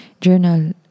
journal